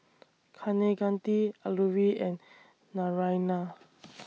Kaneganti Alluri and Naraina